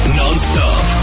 non-stop